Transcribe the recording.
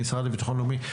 במשרד לביטחון לאומי,